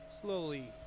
slowly